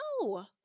No